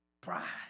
Pride